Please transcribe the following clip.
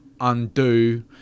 undo